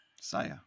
Saya